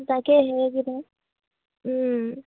তাকে সেই কিবা